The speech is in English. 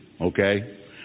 Okay